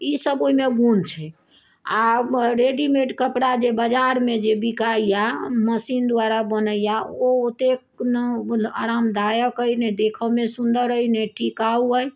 ई सभ ओहिमे गुण छै आ रेडीमेड कपड़ा जे बजारमे जे बिकाइए मशीन द्वारा बनैया ओ ओतेक नहि आरामदायक अइ नहि देखऽमे सुन्दर अइ नऽ टिकाउ अइ